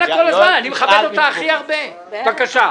איילת, בבקשה.